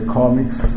comics